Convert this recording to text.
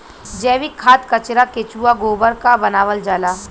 जैविक खाद कचरा केचुआ गोबर क बनावल जाला